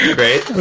great